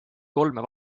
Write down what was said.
kolme